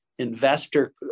investor